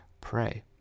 Pray